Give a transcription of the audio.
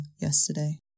yesterday